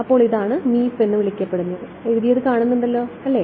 അപ്പോൾ ഇതാണ് മീപ് എന്ന് വിളിക്കപ്പെടുന്നത് എഴുതിയത് കാണുന്നുണ്ടല്ലോ അല്ലേ